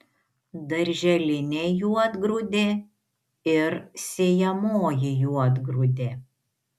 darželinė juodgrūdė ir sėjamoji juodgrūdė